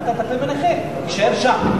באת לטפל בנכה, תישאר שם.